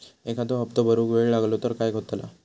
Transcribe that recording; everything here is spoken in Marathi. एखादो हप्तो भरुक वेळ लागलो तर काय होतला?